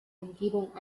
umgebung